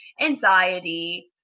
anxiety